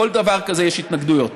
לכל דבר כזה יש התנגדויות.